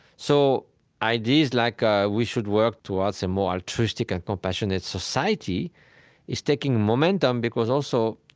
so ideas like ah we should work towards a more altruistic and compassionate society is taking momentum, because also,